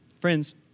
Friends